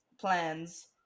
plans